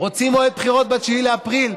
רוצים מועד בחירות ב-9 באפריל?